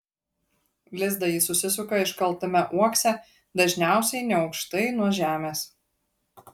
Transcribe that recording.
lizdą ji susisuka iškaltame uokse dažniausiai neaukštai nuo žemės